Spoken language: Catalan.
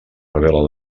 revela